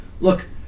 look